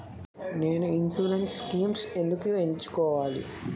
నేను insurance schemes ఎందుకు ఎంచుకోవాలి?